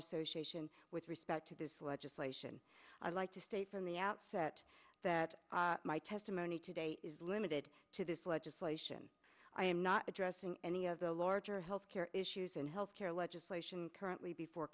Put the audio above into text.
association with respect to this legislation i'd like to state from the outset that my testimony today is limited to this legislation i am not addressing any of the larger health care issues and health care legislation currently before